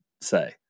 say